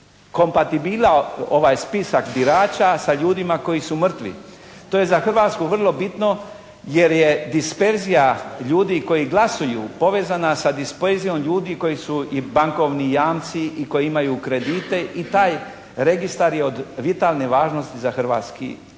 kompatibilao ovaj spisak birača sa ljudima koji su mrtvi. To je za Hrvatsku vrlo bitno jer je disperzija ljudi koji glasuju povezana sa disperzijom ljudi koji su i bankovni jamci i koji imaju kredite i taj registar je od vitalne važnosti za hrvatski